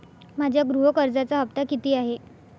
माझ्या गृह कर्जाचा हफ्ता किती आहे?